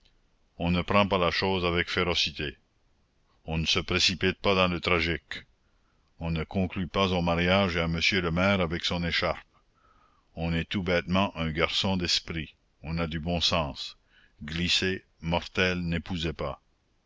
on ne prend pas la chose avec férocité on ne se précipite pas dans le tragique on ne conclut pas au mariage et à monsieur le maire avec son écharpe on est tout bêtement un garçon d'esprit on a du bon sens glissez mortels n'épousez pas